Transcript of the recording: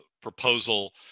proposal